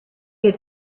had